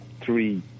three